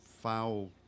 foul